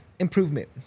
Improvement